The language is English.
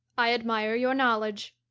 i admire your knowledge.